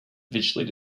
visually